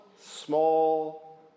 small